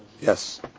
Yes